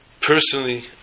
personally